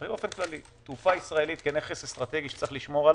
באופן כללי תעופה ישראל כנכס אסטרטגי שצריך לשמור עליו,